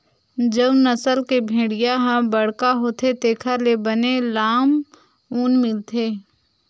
जउन नसल के भेड़िया ह बड़का होथे तेखर ले बने लाम ऊन मिलथे